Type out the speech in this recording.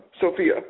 Sophia